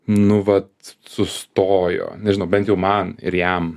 nu vat sustojo nežinau bent jau man ir jam